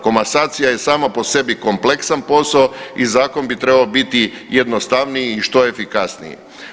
Komasacija je sama po sebi kompleksan posao i zakon bi trebao biti jednostavniji i što efikasniji.